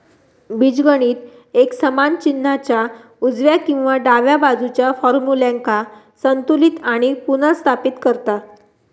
बीजगणित एक समान चिन्हाच्या उजव्या आणि डाव्या बाजुच्या फार्म्युल्यांका संतुलित आणि पुनर्स्थापित करता